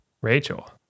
Rachel